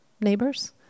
neighbors